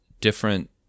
different